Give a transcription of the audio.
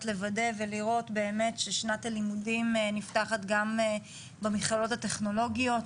לוודא ולראות באמת ששנת הלימודים נפתחת גם במכללות הטכנולוגיות,